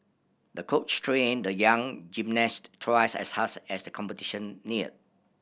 the coach trained the young gymnast twice as hard as the competition neared